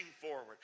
forward